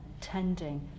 tending